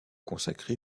consacré